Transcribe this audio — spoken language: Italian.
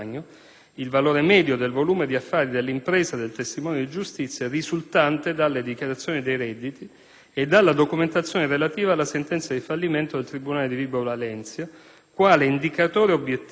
il valore medio del volume di affari dell'impresa del testimone di giustizia, risultante dalle dichiarazioni dei redditi e dalla documentazione relativa alla sentenza di fallimento del tribunale di Vibo Valentia, quale indicatore obiettivo